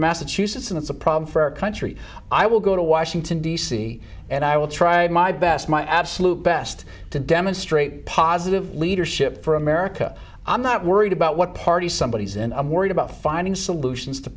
massachusetts and it's a problem for our country i will go to washington d c and i will try my best my absolute best to demonstrate positive leadership for america i'm not worried about what party somebody is and i'm worried about finding solutions to